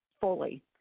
fully